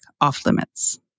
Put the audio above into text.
off-limits